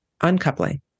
uncoupling